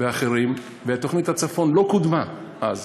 ואחרים, ותוכנית הצפון לא קודמה אז.